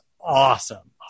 awesome